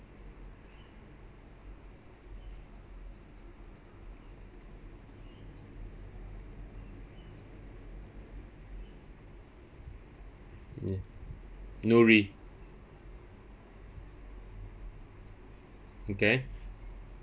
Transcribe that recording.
ya Nouri okay